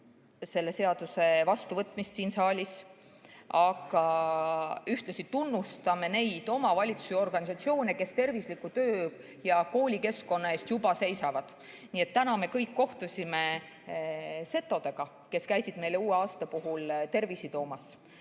selle seaduse vastuvõtmist siin saalis, aga ühtlasi tunnustame neid omavalitsusi ja organisatsioone, kes tervisliku töö‑ ja koolikeskkonna eest juba seisavad. Täna me kõik kohtusime setodega, kes käisid meile uue aasta puhul tervisi toomas.